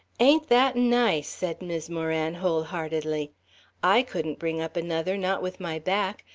ain't that nice? said mis' moran, wholeheartedly i couldn't bring up another, not with my back.